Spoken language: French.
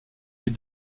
les